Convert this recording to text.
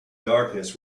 darkness